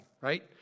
right